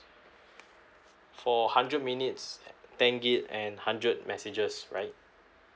for hundred minutes ten G_B and hundred messages right